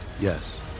Yes